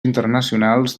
internacionals